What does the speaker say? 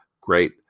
great